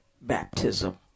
baptism